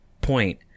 point